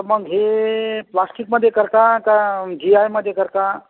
तर मग हे प्लास्टिकमध्ये करता का घिआयमध्ये करता